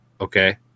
okay